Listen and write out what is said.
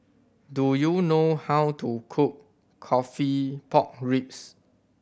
do you know how to cook coffee pork ribs